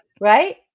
Right